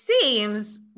seems